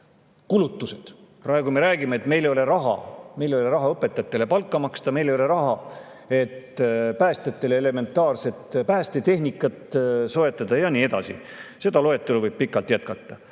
kulutused. Praegu me räägime, et meil ei ole raha. Meil ei ole raha õpetajatele palka maksta, meil ei ole raha, et päästjatele elementaarset päästetehnikat soetada, ja nii edasi. Seda loetelu võib pikalt jätkata.